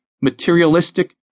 materialistic